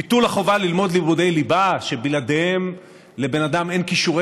ביטול החובה ללמוד לימודי ליבה שבלעדיהם לבן אדם אין כישורי